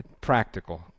practical